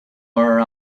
somewhere